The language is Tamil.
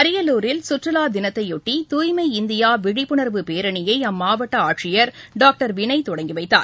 அரியலூரில் சுற்றுலா தினத்தையொட்டி தூய்மை இந்தியா விழிப்புணர்வு பேரனியை அம்மாவட்ட ஆட்சியர் டாக்டர் வினய் தொடங்கி வைத்தார்